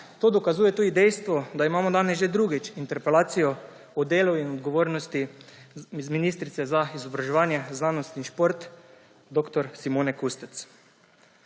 To dokazuje tudi dejstvo, da imamo danes že drugič interpelacijo o delu in odgovornosti ministrice za izobraževanje, znanost in šport dr. Simone Kustec.